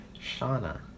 Shauna